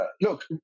look